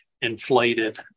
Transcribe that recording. inflated